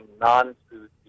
non-food